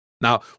Now